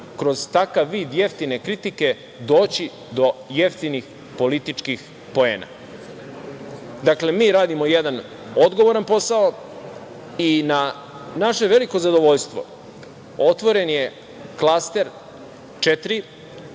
kroz takav vid jeftine kritike doći do jeftinih političkih poena. Dakle, mi radimo jedan odgovoran posao. Na naše veliko zadovoljstvo otvoren je Klaster 4,